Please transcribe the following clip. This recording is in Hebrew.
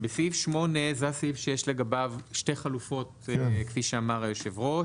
סעיף 8 זה הסעיף שיש לגביו שתי חלופות כפי שאמר היושב-ראש